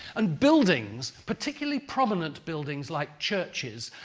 and buildings, particularly prominent buildings like churches,